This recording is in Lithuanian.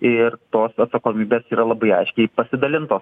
ir tos atsakomybės yra labai aiškiai pasidalintos